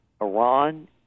Iran